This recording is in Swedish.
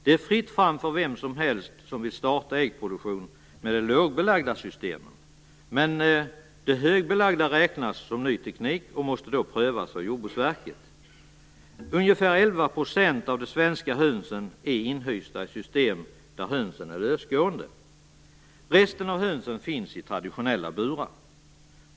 Det är fritt fram för vem som helst som vill starta äggproduktion med de lågbelagda systemen, men de högbelagda räknas som ny teknik och måste då prövas av Jordbruksverket. Ungefär 11 % av de svenska hönsen i inhysta i system där hönsen är lösgående. Resten av hönsen finns i traditionella burar.